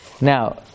Now